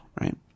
right